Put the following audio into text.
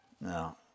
No